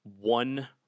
one